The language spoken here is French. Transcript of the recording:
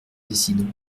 décidant